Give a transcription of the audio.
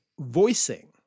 voicing